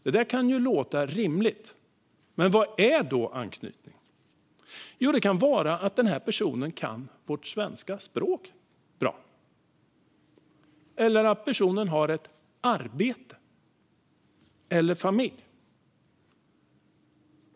Det kan låta rimligt, men vad är då anknytning? Jo, det kan vara att personen kan vårt svenska språk bra, eller att personen har ett arbete eller en familj.